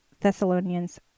Thessalonians